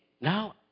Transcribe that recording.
Now